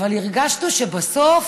אבל הרגשנו שבסוף,